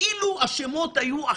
זה לא נעשה בחצי השנה הראשונה.